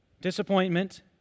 Disappointment